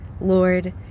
lord